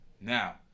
Now